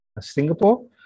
Singapore